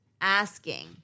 asking